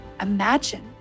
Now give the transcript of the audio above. Imagine